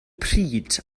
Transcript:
pryd